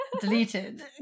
deleted